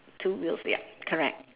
two wheels ya correct